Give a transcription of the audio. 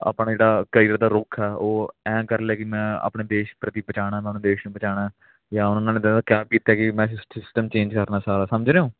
ਆਪਣਾ ਜਿਹੜਾ ਕਰੀਅਰ ਦਾ ਰੁੱਖ ਆ ਉਹ ਐਂਏ ਕਰ ਲਿਆ ਕਿ ਮੈਂ ਆਪਣੇ ਦੇਸ਼ ਪ੍ਰਤੀ ਬਚਾਉਣਾ ਮੈਂ ਆਪਣੇ ਦੇਸ਼ ਨੂੰ ਬਚਾਉਣਾ ਜਾਂ ਉਹਨਾਂ ਨਾਲ ਇੱਦਾਂ ਦਾ ਕਿਆ ਕੀਤਾ ਕਿ ਮੈਂ ਸਿਸਟਮ ਚੇਂਜ ਕਰਨਾ ਸਾਰਾ ਸਮਝ ਰਹੇ ਓ